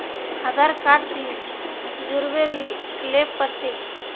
आधार card भी जोरबे ले पड़ते?